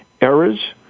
Errors